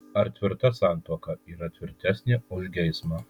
ar tvirta santuoka yra tvirtesnė už geismą